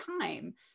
time